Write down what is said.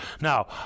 now